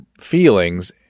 feelings